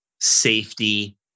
safety